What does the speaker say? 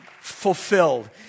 fulfilled